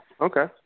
Okay